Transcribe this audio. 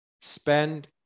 Spend